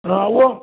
हा उहो